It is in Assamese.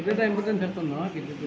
সেইটো এটা ইম্পৰটেন্ট ফেক্টৰ নহয় কিন্তু